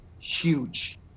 huge